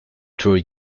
troy